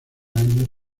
años